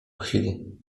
chwili